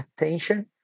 attention